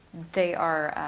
they are.